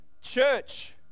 Church